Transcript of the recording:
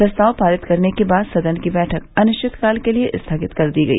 प्रस्ताव पारित करने के बाद सदन की बैठक अनिश्चितकाल के लिये स्थगित कर दी गई